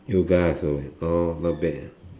yoga also orh not bad